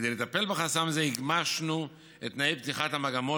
כדי לטפל בחסם זה הגמשנו את תנאי פתיחת המגמות